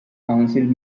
council